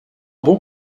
bon